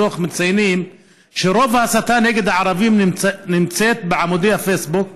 בדוח מציינים שרוב ההסתה נגד הערבים נמצאת בעמודי הפייסבוק,